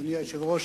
אדוני היושב-ראש,